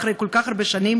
אחרי כל כך הרבה שנים.